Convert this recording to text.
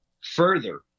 further